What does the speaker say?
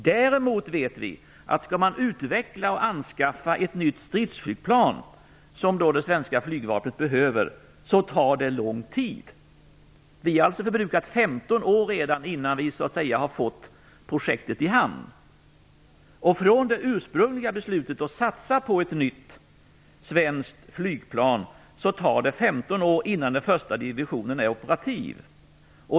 Däremot vet vi att det tar lång tid att utveckla och anskaffa ett nytt stridsflygplan som det svenska flygvapnet behöver. Vi har redan förbrukat 15 år innan vi har fått projektet i hamn. Från det ursprungliga beslutet att satsa på ett nytt svenskt flygplan tar det 15 år tills den första divisionen är operativ.